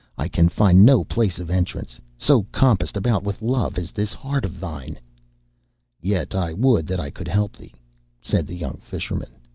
i can find no place of entrance, so compassed about with love is this heart of thine yet i would that i could help thee said the young fisherman.